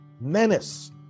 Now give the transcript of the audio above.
menace